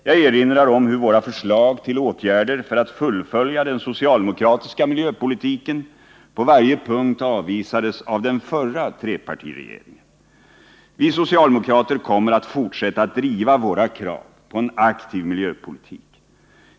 Jag erinrar om hur våra förslag till åtgärder för att fullfölja den socialdemokratiska miljöpolitiken på varje punkt avvisades av den förra trepartiregeringen. Vi socialdemokrater kommer att fortsätta att driva våra krav på en aktiv miljöpolitik.